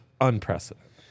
unprecedented